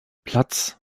platz